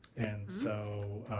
and so,